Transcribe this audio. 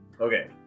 Okay